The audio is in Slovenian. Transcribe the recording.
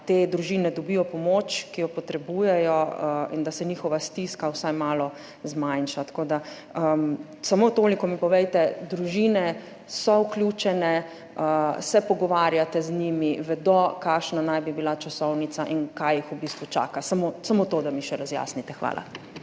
te družine dobijo pomoč, ki jo potrebujejo, in da se njihova stiska vsaj malo zmanjša. Samo toliko mi povejte, družine so vključene, se pogovarjate z njimi, vedo, kakšna naj bi bila časovnica in kaj jih v bistvu čaka? Samo to, da mi še razjasnite. Hvala.